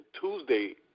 Tuesday